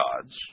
gods